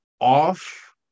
off